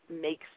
makes